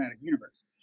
Universe